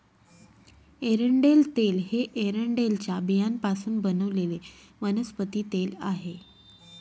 एरंडेल तेल हे एरंडेलच्या बियांपासून बनवलेले वनस्पती तेल आहे